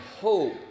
hope